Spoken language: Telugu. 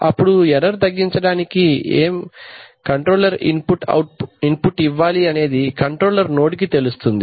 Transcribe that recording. అప్పుడు ఎర్రర్ తగ్గించడానికి ఏం కంట్రోల్ ఇన్ పుట్ ఇవ్వాలి అనేది కంట్రోలర్ నోడ్ కి తెలుస్తుంది